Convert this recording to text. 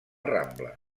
rambla